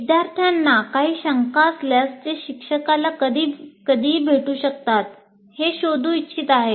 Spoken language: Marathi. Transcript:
विद्यार्थ्यांना काही शंका असल्यास ते शिक्षकाला कधी भेटू शकतात हे शोधू इच्छित आहे